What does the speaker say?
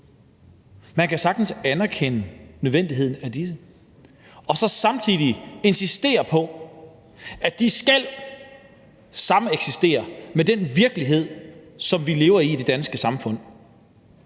Man kan sagtens anerkende nødvendigheden af disse og samtidig insistere på, at de skal sameksistere med den virkelighed, som vi lever i i det danske samfund.